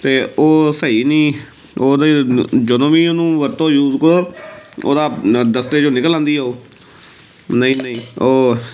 ਅਤੇ ਉਹ ਸਹੀ ਨਹੀਂ ਉਹਦੇ ਜਦੋਂ ਵੀ ਉਹਨੂੰ ਵਰਤੋਂ ਯੂਜ ਕਰੋ ਉਹਦਾ ਦਸਤੇ ਚੋਂ ਨਿਕਲ ਆਉਂਦੀ ਆ ਉਹ ਨਹੀਂ ਨਹੀਂ ਉਹ